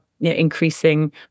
increasing